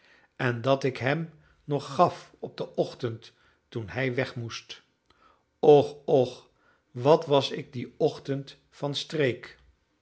en dat ik hem nog gaf op den ochtend toen hij weg moest och och wat was ik dien ochtend van streek